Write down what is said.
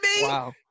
Wow